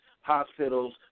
hospitals